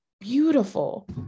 beautiful